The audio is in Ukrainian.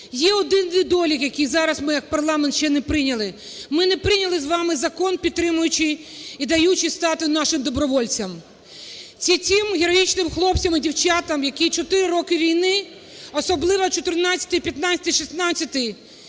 Є один недолік, який зараз ми як парламент ще не прийняли. Ми не прийняли з вами закон, підтримуючий і даючий статус нашим добровольцям, це тим героїчним хлопцям і дівчатам, які 4 роки війни – особливо 14-й, 15-й,